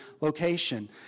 location